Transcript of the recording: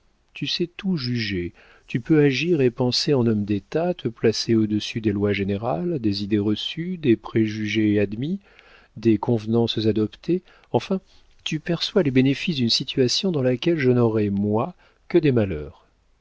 tu sais tout juger tu peux agir et penser en homme d'état te placer au-dessus des lois générales des idées reçues des préjugés admis des convenances adoptées enfin tu perçois les bénéfices d'une situation dans laquelle je n'aurais moi que des malheurs